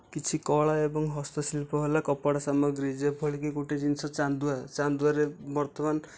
କିଛି କଳା ଏବଂ ହସ୍ତଶିଳ୍ପ ହେଲା କପଡ଼ା ସାମଗ୍ରୀ ଯେପରିକି ଗୋଟେ ଜିନିଷ ଚାନ୍ଦୁଆ ଚାନ୍ଦୁଆରେ ବର୍ତ୍ତମାନ